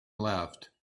left